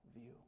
view